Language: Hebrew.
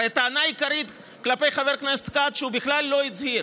הרי הטענה העיקרית כלפי חבר הכנסת כץ היא שהוא בכלל לא הצהיר,